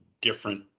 different